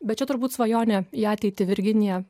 bet čia turbūt svajonė į ateitį virginija